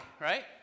right